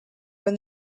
when